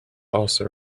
also